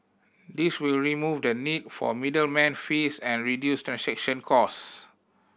this will remove the need for middleman fees and reduce transaction cost